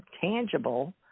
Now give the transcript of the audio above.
tangible